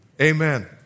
Amen